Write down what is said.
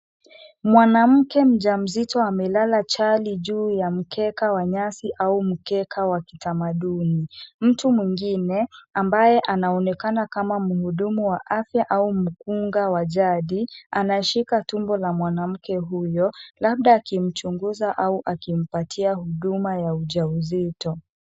Mwanamke mjamzito amelala chali juu ya mkeka wa nyasi au mkeka wa kitamaduni. Mtu mwingine, ambaye anaonekana kama mhudumu wa afya au mkunga wa jadi, anashika tumbo la mwanamke huyo, labda akimchunguza au akimpatia huduma ya ujauzito.